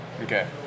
Okay